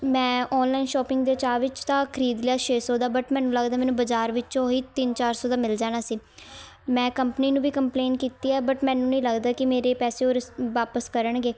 ਮੈਂ online shopping ਦੇ ਚਾਅ ਵਿੱਚ ਤਾਂ ਖਰੀਦ ਲਿਆ ਛੇ ਸੌ ਦਾ ਬਟ ਮੈਨੂੰ ਲੱਗਦਾ ਮੈਨੂੰ ਬਾਜ਼ਾਰ ਵਿੱਚੋਂ ਹੀ ਤਿੰਨ ਚਾਰ ਸੌ ਦਾ ਮਿਲ ਜਾਣਾ ਸੀ ਮੈਂ ਕੰਪਨੀ ਨੂੰ ਵੀ ਕੰਪਲੇਨ ਕੀਤੀ ਆ ਬਟ ਮੈਨੂੰ ਨਹੀਂ ਲੱਗਦਾ ਕਿ ਮੇਰੇ ਪੈਸੇ ਉਹ ਰੀਸ ਵਾਪਸ ਕਰਨਗੇ